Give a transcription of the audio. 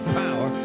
power